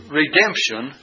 redemption